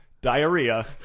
Diarrhea